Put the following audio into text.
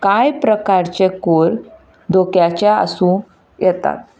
कांय प्रकारचे कयर धोक्याचे आसूंक येता